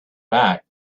back